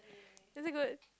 is it good